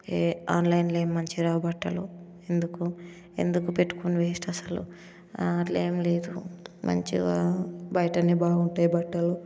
ఆన్లైన్లో ఏం మంచిగా రావు బట్టలు ఎందుకు ఎందుకు పెట్టుకొని వెస్ట్ అసలు అట్లా ఏమి లేదు మంచిగా బయటనే బాగుంటాయి బట్టలు